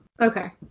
Okay